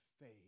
faith